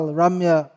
ramya